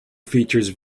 features